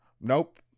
nope